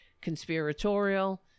conspiratorial